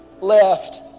left